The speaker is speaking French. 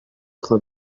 train